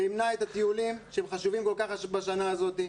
‏זה ימנע את הטיולים, שהם חשובים כל כך בשנה הזאת,